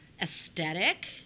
aesthetic